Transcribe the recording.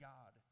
God